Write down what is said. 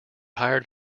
hired